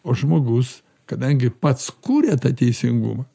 o žmogus kadangi pats kuria tą teisingumą